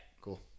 cool